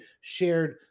shared